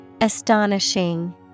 Astonishing